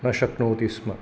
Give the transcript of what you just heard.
न शक्नोति स्म